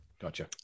Gotcha